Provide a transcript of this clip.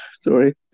sorry